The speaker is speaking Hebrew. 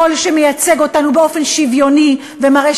הקול שמייצג אותנו באופן שוויוני ומראה